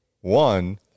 one